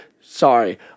Sorry